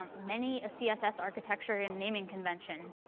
um many a css architecture and naming convention.